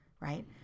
right